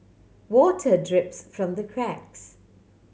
water drips from the cracks